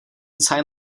sign